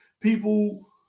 people